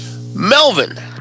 Melvin